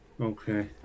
Okay